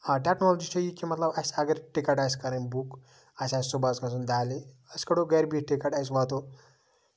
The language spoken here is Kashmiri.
ٹٮ۪کنولجی چھےٚ یہِ کہِ مطلب اَسہِ اَگر ٹِکیٹ آسہِ کَرٕنۍ بُک اَسہِ آسہِ صبُحس گژھُن دہلی أسۍ کَڑو گرِ بِہِتھ ٹِکٹ أسۍ واتو